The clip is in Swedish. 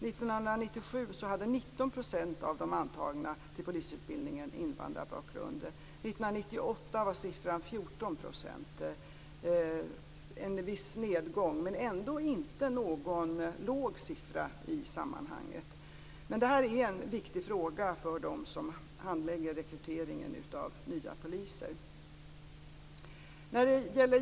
1997 hade 19 % av de antagna till polisutbildningen invandrarbakgrund. 1998 var siffran 14 %. Det är en viss nedgång men ändå inte någon låg siffra i sammanhanget. Det här är en viktig fråga för dem som handlägger rekryteringen av nya poliser.